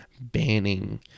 banning